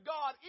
God